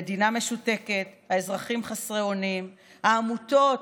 המדינה משותקת, האזרחים חסרי אונים, העמותות,